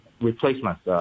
replacements